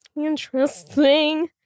Interesting